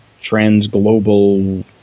trans-global